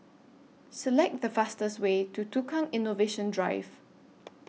Select The fastest Way to Tukang Innovation Drive